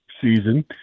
season